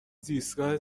زیستگاه